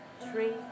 three